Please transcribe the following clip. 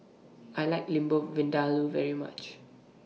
I like Lamb Vindaloo very much